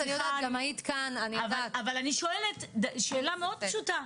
אבל אני שואלת שאלה מאוד פשוטה,